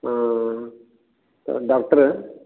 ಹಾಂ ಡಾಕ್ಟ್ರಾ